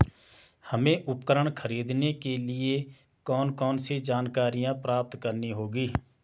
हमें उपकरण खरीदने के लिए कौन कौन सी जानकारियां प्राप्त करनी होगी?